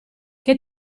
che